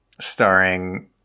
starring